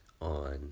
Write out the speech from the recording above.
on